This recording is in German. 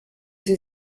sie